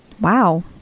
Wow